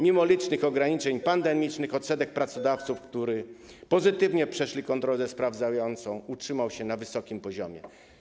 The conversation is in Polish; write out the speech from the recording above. Mimo licznych ograniczeń pandemicznych odsetek pracodawców, którzy pozytywnie przeszli kontrolę sprawdzającą, utrzymał się na wysokim poziomie.